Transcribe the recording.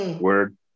Word